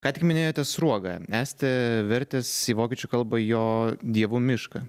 ką tik minėjote sruogą esate vertęs į vokiečių kalba jo dievų mišką